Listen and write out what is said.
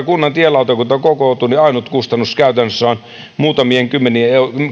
kunnan tielautakunta kokoontuu niin ainut kustannus käytännössä on muutamien